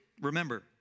remember